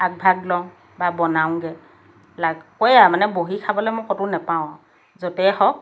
আগভাগ লওঁ বা বনাওঁগৈ লাগ কয়ে আৰু মানে বহি খাবলৈ মই ক'তো নাপাওঁ য'তেই হওক